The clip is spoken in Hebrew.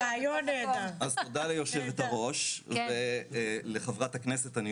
הרבה משפחות יוזמות בעצמן פנייה לצוות הרפואי ומבקשות לחתום על